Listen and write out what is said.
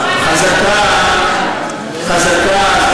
חזקה,